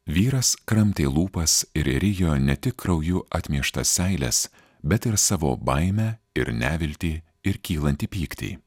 vyras kramtė lūpas ir rijo ne tik krauju atmieštas seiles bet ir savo baimę ir neviltį ir kylantį pyktį